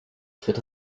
tritt